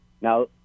Now